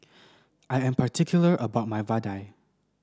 I am particular about my Vadai